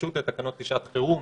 ההידרשות לתקנות לשעת חירום